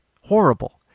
Horrible